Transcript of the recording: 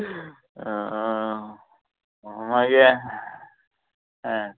मागीर आ